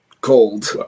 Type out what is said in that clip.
cold